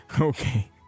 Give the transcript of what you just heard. Okay